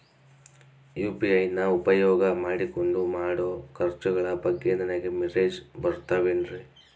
UPI ನ ಉಪಯೋಗ ಮಾಡಿಕೊಂಡು ಮಾಡೋ ಖರ್ಚುಗಳ ಬಗ್ಗೆ ನನಗೆ ಮೆಸೇಜ್ ಬರುತ್ತಾವೇನ್ರಿ?